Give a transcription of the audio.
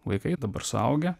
vaikai dabar suaugę